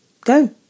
Go